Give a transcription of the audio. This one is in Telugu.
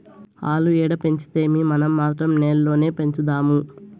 ఆల్లు ఏడ పెంచితేమీ, మనం మాత్రం నేల్లోనే పెంచుదాము